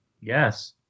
yes